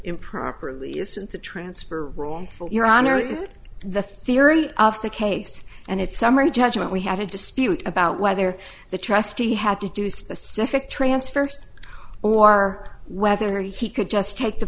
improperly is the transfer wrong for your honor is the theory of the case and its summary judgment we had a dispute about whether the trustee had to do specific transfers or whether he could just take the